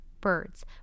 birds